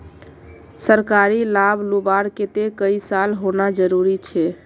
सरकारी लाभ लुबार केते कई साल होना जरूरी छे?